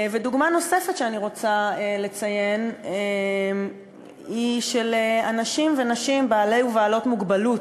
ודוגמה נוספת שאני רוצה לציין היא של אנשים ונשים בעלי ובעלות מוגבלות,